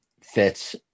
fits